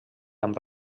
amb